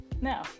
Now